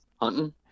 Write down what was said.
hunting